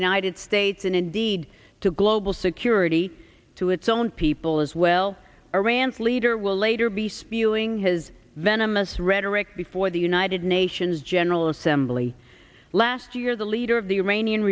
united states and indeed to global security to its own people as well iran's leader will later be spewing his venomous rhetoric before the united nations general assembly last year the leader of the ira